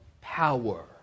power